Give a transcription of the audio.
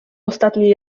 ostatniej